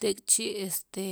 tek'chi' este